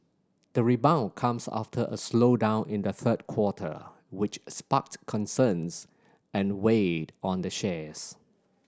the rebound comes after a slowdown in the third quarter which sparked concerns and weighed on the shares